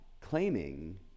claiming